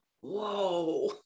whoa